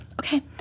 Okay